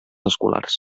escolars